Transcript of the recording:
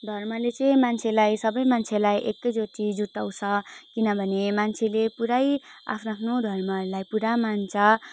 धर्मले चाहिँ मान्छेलाई सबै मान्छेलाई एकैचोटि जुटाउँछ किनभने मान्छेले पुरै आफ्नो आफ्नो धर्महरूलाई पुरा मान्छ